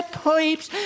pipes